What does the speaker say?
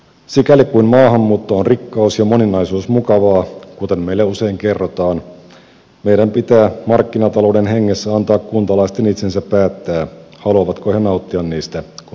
sikäli kuin maahanmuutto on rikkaus ja moninaisuus mukavaa kuten meille usein kerrotaan meidän pitää markkinatalouden hengessä antaa kuntalaisten itsensä päättää haluavatko he nauttia niistä kotinurkillaan